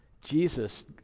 Jesus